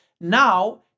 now